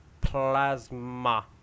plasma